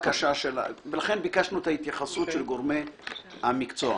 לכן ביקשנו את ההתייחסות של גורמי המקצוע.